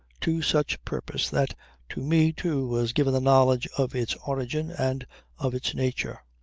to such purpose that to me too was given the knowledge of its origin and of its nature.